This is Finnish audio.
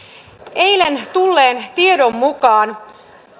eilen tulleen tiedon mukaan